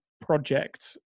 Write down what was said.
project